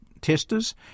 testers